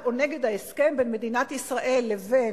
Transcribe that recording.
או נגד ההסכם בין מדינת ישראל לבין,